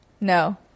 No